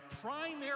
primary